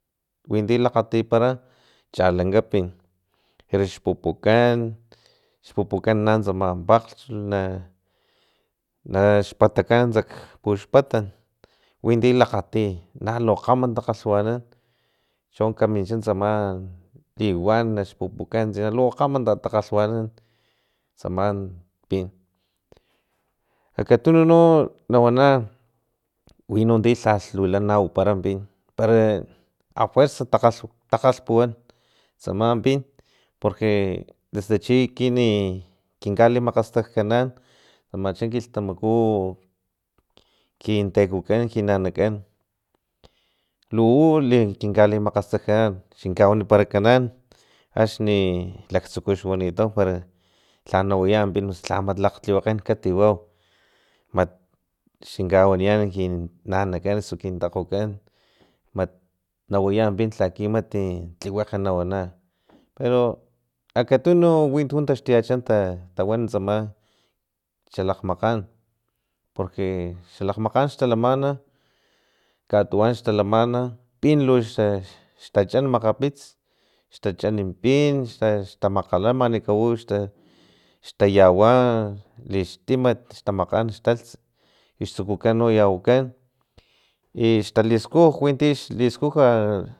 Witi lakgatipara chalankapin naxpupukan xpupukan na tsama pakglhch na naxpatakan nak puxpatan winti lakgati nalu kgama takgalhwanampara chon kamincha tsama liwan naxpupukan lu kgama takgalwanan tsama pin akatunu no nawana wino ti lhalh lula no waparam pin para afuerza takgalhpuwan tsaman pin porque e desde chi ekinn kinka limakgastajkani tsamacha kilhtamaku u kin tekokan kin nanakan luu kin kalimastajkani xkinkawaniparakanan axni laktsuku xwanitaw para lha na waya pin osu lha mat tliwakgan kataliwau mat xkinkawaniyan kin nanakan osu kin takgokan mat nawaya pin laki mat tliwakga na kuana pero akatunu wintuntaxtuyacha tawan tsama xalakgmakgan porque xalakgmakgan xtalaman katuwan xtalaman pin luxaxtachan makgapits xtachan pin xtamkgalamna mani kau xtayawa lixtimat tamakgan stalts i xtsukukan no yawakan i xtaliskuj winti xliskuja.